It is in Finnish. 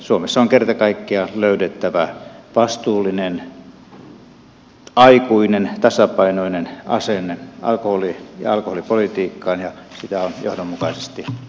suomessa on kerta kaikkiaan löydettävä vastuullinen aikuinen tasapainoinen asenne alkoholiin ja alkoholipolitiikkaan ja sitä on johdonmukaisesti